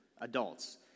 adults